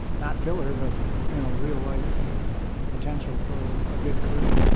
not filler, but you know real life potential for a good career.